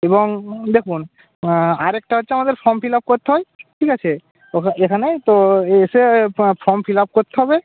এবং দেখুন আরেকটা হচ্ছে আমাদের ফর্ম ফিল আপ করতে হয় ঠিক আছে এখানে তো এসে ফর্ম ফিল আপ করতে হবে